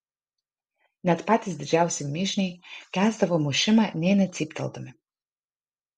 net patys didžiausi mižniai kęsdavo mušimą nė necypteldami